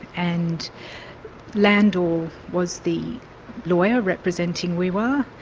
and landau was the lawyer representing wee-waa,